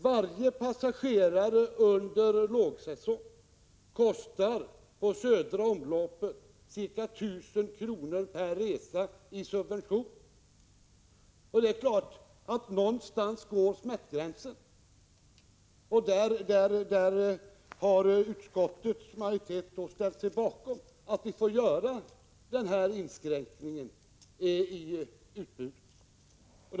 Varje passagerare under lågsäsong kostar på södra omloppet ca 1000 kr. per resa i subvention. Någonstans går smärtgränsen. Utskottets majoritet har ställt sig bakom att vi gör denna inskränkning i utbudet.